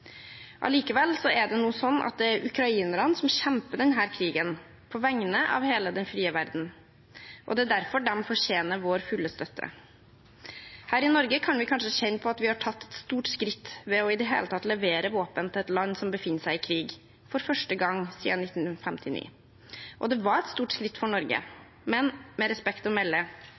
Allikevel er det nå ukrainerne som kjemper denne krigen på vegne av hele den frie verden. Det er derfor de fortjener vår fulle støtte. Her i Norge kan vi kanskje kjenne på at vi har tatt et stort skritt ved i det hele tatt å levere våpen – for første gang siden 1959 – til et land som befinner seg i krig. Det var et stort skritt for Norge. Men, med respekt å melde: